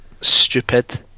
stupid